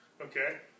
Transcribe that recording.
okay